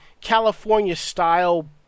California-style